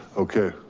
okay.